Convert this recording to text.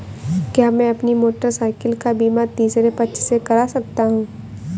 क्या मैं अपनी मोटरसाइकिल का बीमा तीसरे पक्ष से करा सकता हूँ?